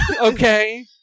okay